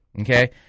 Okay